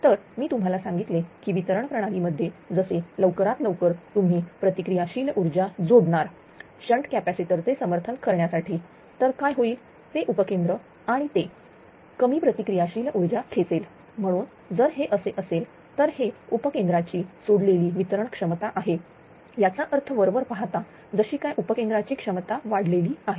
तर मी तुम्हाला सांगितले की वितरण प्रणाली मध्ये जसे लवकरात लवकर तुम्ही प्रतिक्रिया शील ऊर्जा जोडणार शंट कॅपॅसिटर चे समर्थन करण्यासाठी तर काय होईल ते उपकेंद्र आणि ते कमी प्रतिक्रिया शील ऊर्जा खेचेल म्हणून जर हे असे असेल तर हे उपकेंद्राची सोडलेली वितरण क्षमता आहे याचा अर्थ वरवर पाहता जशी काय उपकेंद्राची क्षमता वाढलेली आहे